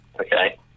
okay